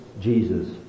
Jesus